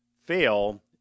fail